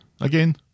Again